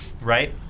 right